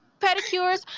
pedicures